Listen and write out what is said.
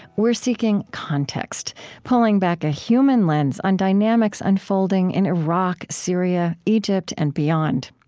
we're seeking context, pulling back a human lens on dynamics unfolding in iraq, syria, egypt and beyond.